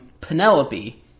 Penelope